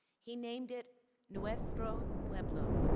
he named it nuestro pueblo,